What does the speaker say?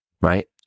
right